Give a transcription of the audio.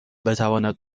بتواند